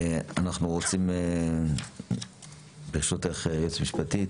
אנחנו רוצים ברשותך, היועצת המשפטית,